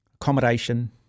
Accommodation